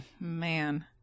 man